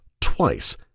twice